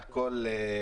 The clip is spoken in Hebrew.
על כל ירידה.